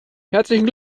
herzlichen